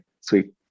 sweet